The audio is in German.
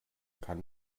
kann